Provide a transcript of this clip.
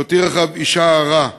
שהותיר אחריו אישה הרה,